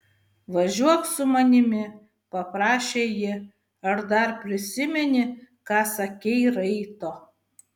važiuok su manimi paprašė ji ar dar prisimeni ką sakei raito